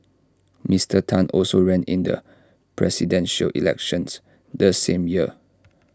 Mister Tan also ran in the Presidential Elections the same year